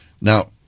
Now